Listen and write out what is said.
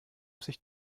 sich